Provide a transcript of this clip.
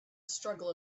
struggle